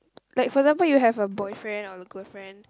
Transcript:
like for example you have a boyfriend or a girlfriend